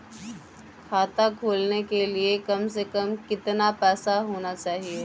खाता खोलने के लिए कम से कम कितना पैसा होना चाहिए?